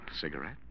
Cigarette